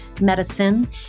medicine